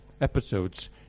episodes